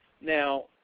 Now